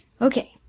Okay